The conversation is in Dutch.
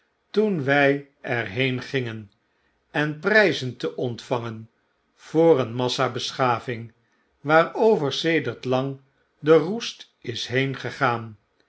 toen wy er heen gingen en pryzen te ontvangen voor een massa beschavipg waarover sedert lang de roest is